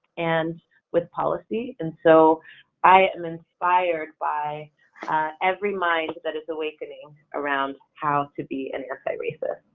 and with policy and so i am inspired by every mind that is awakening around how to be an anti-racist.